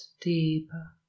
deeper